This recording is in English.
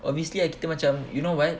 obviously ah kita macam you know what